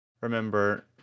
remember